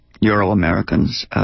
Euro-Americans